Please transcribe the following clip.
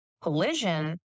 collision